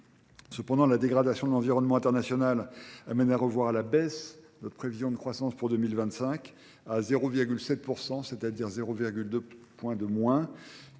Cependant, la dégradation de l'environnement international amène à revoir à la baisse, notre prévision de croissance pour 2025, à 0,7%, c'est-à-dire 0,2 points de moins